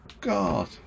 God